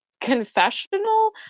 confessional